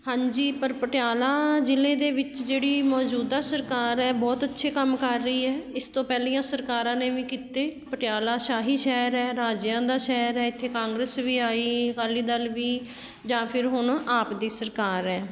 ਹਾਂਜੀ ਪਰ ਪਟਿਆਲਾ ਜ਼ਿਲ੍ਹੇ ਦੇ ਵਿੱਚ ਜਿਹੜੀ ਮੌਜੂਦਾ ਸਰਕਾਰ ਹੈ ਬਹੁਤ ਅੱਛੇ ਕੰਮ ਕਰ ਰਹੀ ਹੈ ਇਸ ਤੋਂ ਪਹਿਲੀਆਂ ਸਰਕਾਰਾਂ ਨੇ ਵੀ ਕੀਤੇ ਪਟਿਆਲਾ ਸ਼ਾਹੀ ਸ਼ਹਿਰ ਹੈ ਰਾਜਿਆਂ ਦਾ ਸ਼ਹਿਰ ਹੈ ਇੱਥੇ ਕਾਂਗਰਸ ਵੀ ਆਈ ਅਕਾਲੀ ਦਲ ਵੀ ਜਾਂ ਫਿਰ ਹੁਣ ਆਪ ਦੀ ਸਰਕਾਰ ਹੈ